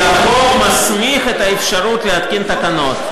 החוק מסמיך להתקין תקנות.